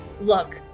look